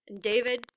David